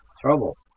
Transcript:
Trouble